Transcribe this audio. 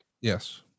Yes